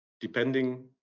Depending